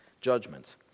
judgments